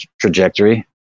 trajectory